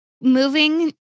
moving